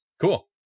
cool